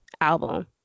album